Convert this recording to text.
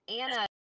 anna